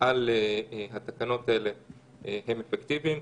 על התקנות האלה אפקטיביים,